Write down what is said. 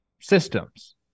systems